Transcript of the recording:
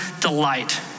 delight